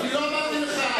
אני לא אמרתי לך.